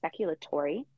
speculatory